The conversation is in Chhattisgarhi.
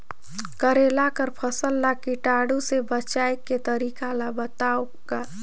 करेला कर फसल ल कीटाणु से बचाय के तरीका ला बताव ग?